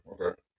okay